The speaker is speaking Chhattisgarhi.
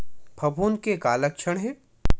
फफूंद के का लक्षण हे?